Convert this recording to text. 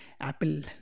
Apple